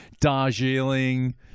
Darjeeling